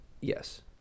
yes